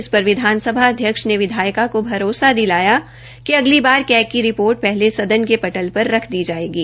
इस पर विधानसभा अध्यक्ष ने विधायका का भरोसा दिलाया कि अगली बार कैग की रिपोर्ट पहले सदन के पटल मे रख दी जोगी